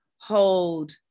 Hold